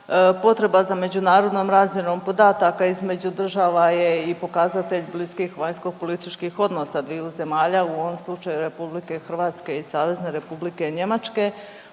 Potreba za međunarodnom razmjenom podataka između država je i pokazatelj bliskih vanjsko političkih odnosa dviju zemalja u ovom slučaju RH i Savezne Republike Njemačke.